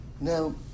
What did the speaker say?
Now